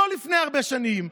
לא לפני הרבה שנים,